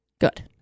good